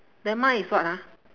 then mine is what ah